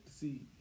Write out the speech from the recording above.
see